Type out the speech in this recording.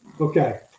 Okay